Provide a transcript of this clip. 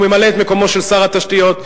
הוא ממלא את מקומו של שר התשתיות,